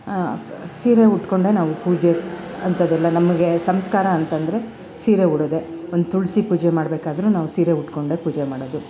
ಸೀರೆ ಉಟ್ಕೊಂಡೆ ನಾವು ಪೂಜೆ ಅಂಥದ್ದೆಲ್ಲ ನಮಗೆ ಸಂಸ್ಕಾರ ಅಂತಂದರೆ ಸೀರೆ ಉಡೋದೇ ಒಂದು ತುಳಸಿ ಪೂಜೆ ಮಾಡಬೇಕಾದ್ರೂ ನಾವು ಸೀರೆ ಉಟ್ಕೊಂಡೆ ಪೂಜೆ ಮಾಡೋದು